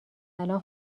الان